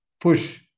push